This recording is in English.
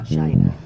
China